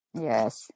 Yes